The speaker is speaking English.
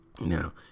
now